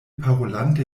parolante